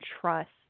trust